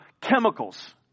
chemicals